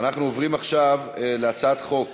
אנחנו עוברים עכשיו להצעת חוק